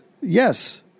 Yes